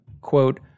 quote